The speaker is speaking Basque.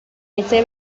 etxe